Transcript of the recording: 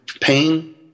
pain